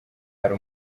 hari